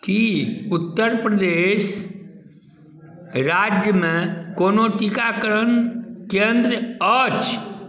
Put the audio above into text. की उत्तर प्रदेश राज्य मे कोनो टीकाकरण केन्द्र अछि